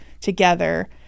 together